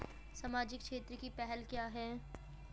सामाजिक क्षेत्र की पहल क्या हैं?